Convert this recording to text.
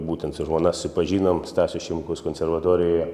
būtent su žmona susipažinom stasio šimkaus konservatorijoje